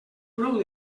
brou